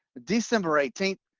december eighteenth.